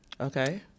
Okay